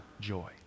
joy